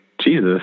Jesus